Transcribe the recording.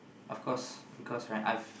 of course because right I've